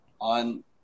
on